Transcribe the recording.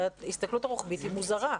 שההסתכלות הרוחבית היא מוזרה.